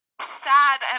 sad